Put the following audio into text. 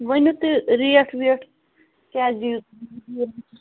ؤنِو تُہۍ ریٹ ویٹ کیاہ دِیِو